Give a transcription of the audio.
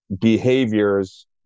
behaviors